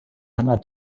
hannah